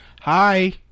Hi